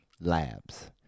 labs